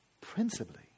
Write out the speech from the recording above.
principally